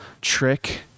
trick